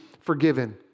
forgiven